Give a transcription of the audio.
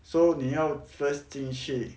so 你要 first 进去